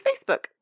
facebook